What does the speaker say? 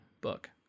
book